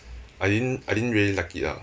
I didn't I didn't really like it ah